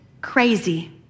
crazy